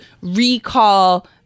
recall